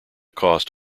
cost